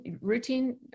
routine